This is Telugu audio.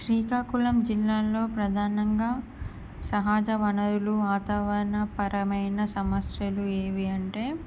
శ్రీకాకుళం జిల్లాల్లో ప్రధానంగా సహజ వనరులు వాతావరణ పరమైన సమస్యలు ఏవి అంటే